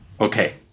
Okay